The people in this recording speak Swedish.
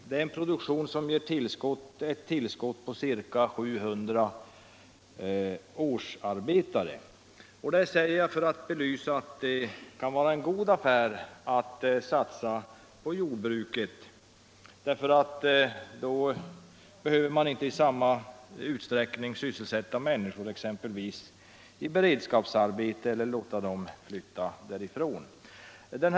Denna produktion ger ett tillskott på ca 700 årsarbetare.” Detta har jag citerat för att belysa att det kan vara en god affär att satsa på jordbruket. Då behöver man nämligen inte i samma utsträckning sysselsätta människor, exempelvis i beredskapsarbete, eller låta dem flytta från bygden.